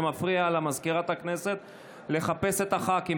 זה מפריע לסגנית מזכיר הכנסת לחפש את הח"כים.